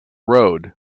road